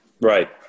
Right